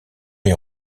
est